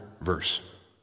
verse